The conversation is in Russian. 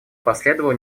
последовало